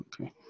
Okay